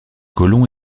colons